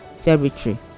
territory